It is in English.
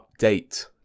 update